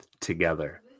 together